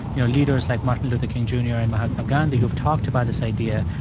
you know, leaders like martin luther king jr. and mahatma gandhi who've talked about this idea,